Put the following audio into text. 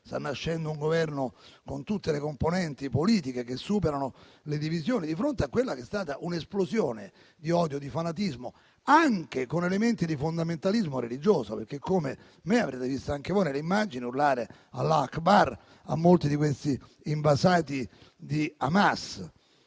sta nascendo un Governo con tutte le componenti politiche che superano le divisioni di fronte a quella che è stata un'esplosione di odio e di fanatismo, anche con elementi di fondamentalismo religioso, perché avrete visto anche voi, come me, nelle immagini urlare «Allah *Akbar*» da parte di molti di questi invasati di Hamas.